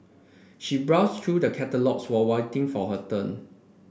she browsed through the catalogues while waiting for her turn